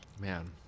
man